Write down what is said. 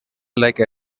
like